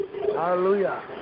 Hallelujah